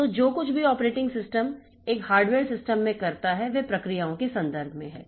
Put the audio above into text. तो जो कुछ भी ऑपरेटिंग सिस्टम एक हार्डवेयर सिस्टम में करता है वह प्रक्रियाओं के संदर्भ में है